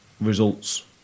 results